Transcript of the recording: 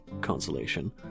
consolation